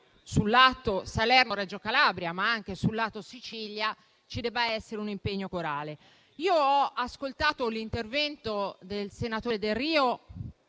della Salerno-Reggio Calabria, ma anche sul lato della Sicilia, ci debba essere un impegno corale. Ho ascoltato l'intervento del senatore Delrio